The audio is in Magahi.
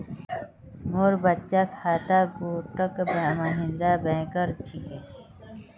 मोर बचत खाता कोटक महिंद्रा बैंकेर छिके